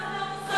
למה זה לא מוסרי,